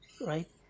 right